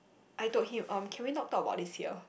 I told him um can we not talk about this here